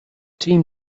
team